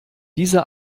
diese